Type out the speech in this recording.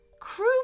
Crew